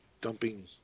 dumping